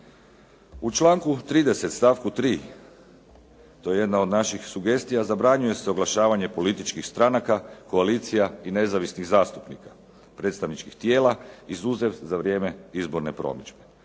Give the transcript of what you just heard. U članku 30. stavku 3. to je jedna od naših sugestija zabranjuje se oglašavanje političkih stranaka, koalicija i nezavisnih zastupnika predstavničkih tijela izuzev za vrijeme izborne promidžbe.